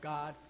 God